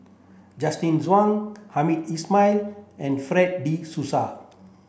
Justin Zhuang Hamed Ismail and Fred de Souza